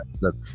look